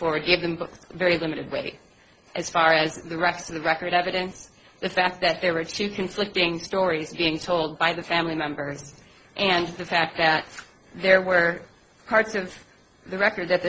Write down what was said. forward gave them both a very limited way as far as the rest of the record evidence the fact that there were two conflicting stories being told by the family members and the fact that there were parts of the record that